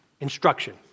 Instruction